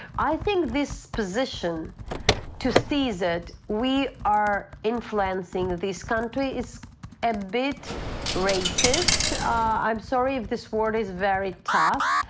i think this position to see that we are influencing this country is a bit racist ah i'm sorry if this word is very tough,